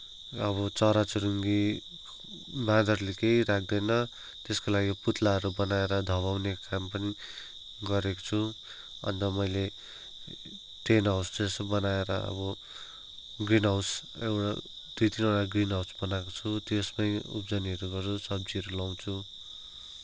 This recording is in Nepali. अब चरा चुरूङ्गी बाँदरले केही राख्दैन त्यसको लागि पुतलाहरू बनाएर धपाउने काम पनि गरेको छु अन्त मैले टेन्ट हाउस जस्तो बनाएर अब ग्रिन हाउस एउटा दुई तिनवटा ग्रिन हाउस बनाएको छु त्यसमै उब्जनिहरू गरेर सब्जीहरू लगाउँछु